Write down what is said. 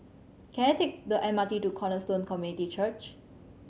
can I take the M R T to Cornerstone Community Church